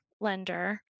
lender